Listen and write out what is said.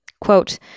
Quote